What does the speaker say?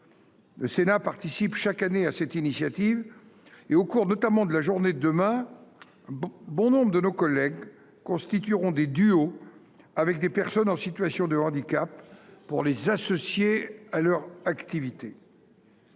Le Sénat participe chaque année à cette initiative et, au cours de la journée de demain, nombre de nos collègues formeront des duos avec des personnes en situation de handicap, afin de les associer à leurs activités.